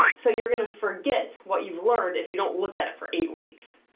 so you're gonna forget what you've learned if you don't look at it for eight weeks.